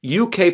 UK